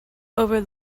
over